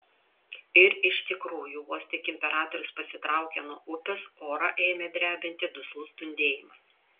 ir iš tikrųjų vos tik imperatorius pasitraukė nuo upės orą ėmė drebinti duslus dundėjimas